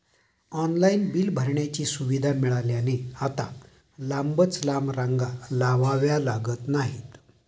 online bill भरण्याची सुविधा मिळाल्याने आता लांबच लांब रांगा लावाव्या लागत नाहीत